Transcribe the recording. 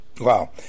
wow